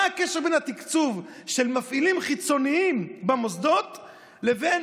מה הקשר בין התקצוב של מפעילים חיצוניים במוסדות לבין